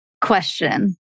question